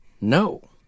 No